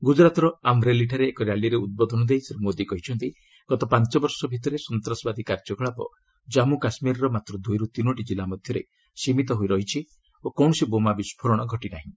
ଗୁଜରାତର ଆମ୍ରେଲିଠାରେ ଏକ ର୍ୟାଲିରେ ଉଦ୍ବୋଧନ ଦେଇ ଶ୍ରୀ ମୋଦି କହିଛନ୍ତି ଗତ ପାଞ୍ଚ ବର୍ଷ ଭିତରେ ସନ୍ତାସବାଦୀ କାର୍ଯ୍ୟକଳାପ ଜାମ୍ମୁ କାଶ୍ମୀରର ମାତ୍ର ଦୁଇରୁ ତିନୋଟି ଜିଲ୍ଲା ମଧ୍ୟରେ ସୀମିତ ରହିଛି ଓ କୌଣସି ବୋମା ବିସ୍ଫୋରଣ ଘଟିନାହିଁ